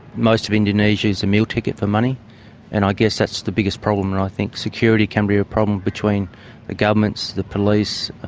most of indonesia is a meal ticket for money and i guess that's the biggest problem. and i think security can be a problem between the governments, the police,